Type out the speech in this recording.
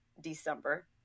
December